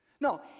No